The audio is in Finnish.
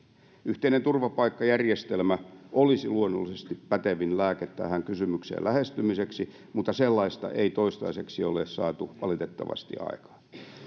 yhteinen turvapaikkajärjestelmä olisi luonnollisesti pätevin lääke lähestyä tätä kysymystä mutta sellaista ei toistaiseksi ole saatu valitettavasti aikaan